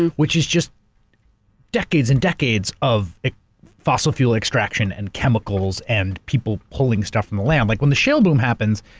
and which is just decades and decades of fossil fuel extraction and chemicals and people pulling stuff from the ground. like when the shale boom happens,